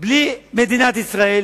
בלי מדינת ישראל,